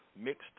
mixed